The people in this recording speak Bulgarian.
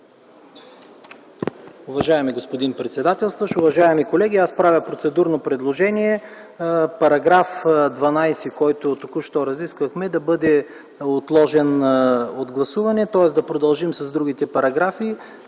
Уважаеми господин председателстващ, уважаеми колеги! Аз правя процедурно предложение § 12, който току-що разисквахме, да бъде отложен от гласуване, тоест да продължим с другите параграфи